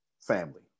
family